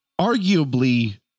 arguably